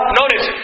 notice